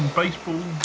baseball